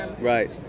right